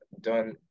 done